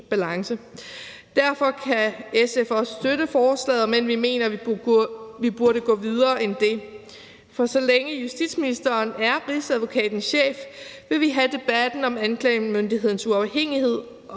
Derfor kan SF også støtte forslaget, men vi mener, at vi burde gå videre end det, for så længe justitsministeren er Rigsadvokatens chef, vil vi have debatten om anklagemyndighedens uafhængighed,